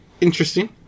interesting